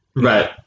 Right